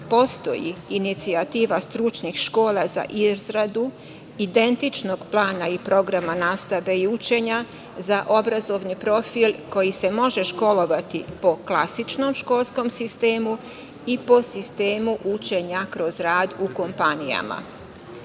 postoji inicijativa stručnih škola za izradu identičnog plana i programa nastave i učenje za obrazovni profil koji se može školovati po klasičnom školskom sistemu i po sistemu učenja kroz rad u kompanijama. To